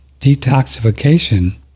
detoxification